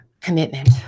commitment